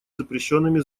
запрещенными